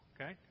okay